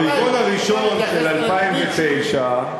ברבעון הראשון של 2009,